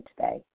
today